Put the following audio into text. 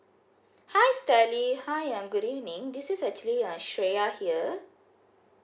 hi stelly hi uh good evening this is actually uh xue ya here